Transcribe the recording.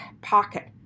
pocket